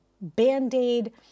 Band-Aid